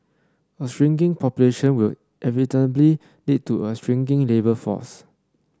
a shrinking population will inevitably lead to a shrinking labour force